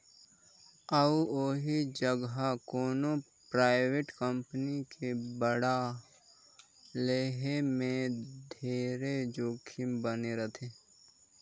अउ ओही जघा कोनो परइवेट कंपनी के बांड लेहे में ढेरे जोखिम बने रथे